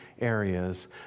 areas